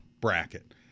bracket